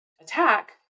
attack